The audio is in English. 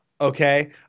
Okay